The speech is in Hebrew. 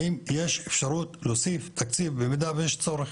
האם יש אפשרות להוסיף תקציב במידה ויש צורך?